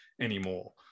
anymore